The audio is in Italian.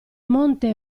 monte